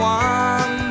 one